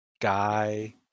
Guy